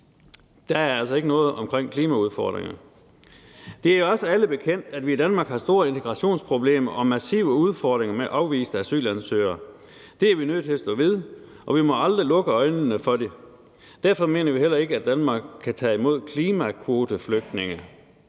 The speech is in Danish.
Der er altså ikke noget omkring klimaudfordringer. Det er også alle bekendt, at vi i Danmark har store integrationsproblemer og massive udfordringer med afviste asylansøgere. Det er vi nødt til at stå ved, og vi må aldrig lukke øjnene for det. Derfor mener vi heller ikke, at Danmark kan tage imod klimakvoteflygtninge.